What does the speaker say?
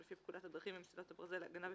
או לפי פקודת הדרכים ומסילות הברזל (הגנה ופיתוח),